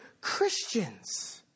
Christians